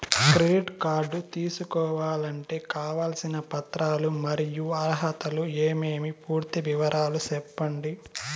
Credit card తీసుకోవాలంటే కావాల్సిన పత్రాలు మరియు అర్హతలు ఏమేమి పూర్తి వివరాలు సెప్పండి?